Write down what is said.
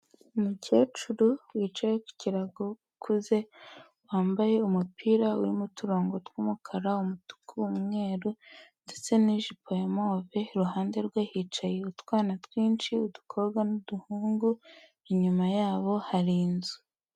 Umukecuru wicaye ku kirago ukuze, wambaye umupira urimo uturongo tw'umukara, umutuku, umweru, ndetse n'ijipo ya move, iruhande rwe hicaye utwana twinshi udukobwa n'uduhungu, inyuma yabo hari inzu.